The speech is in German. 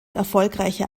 erfolgreiche